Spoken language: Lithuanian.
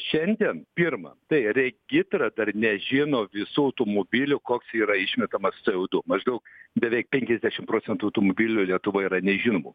šiandien pirma tai regitra dar nežino visų automobilių koks yra išmetamas c o du maždaug beveik penkiasdešim procentų automobilių lietuvoj yra nežinomų